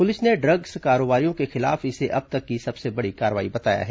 police ने drugs कारोबारियों के खिलाफ इसे अब तक की सबसे बड़ी कार्रवाई बताया है